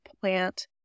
plant